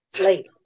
Late